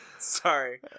sorry